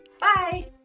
Bye